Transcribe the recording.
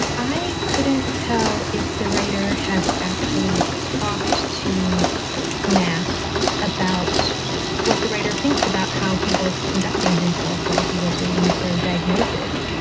i couldn't tell if the writer has actually talked to matt about what the writer thinks about how he was conducting himself while he was waiting for a diagnosis.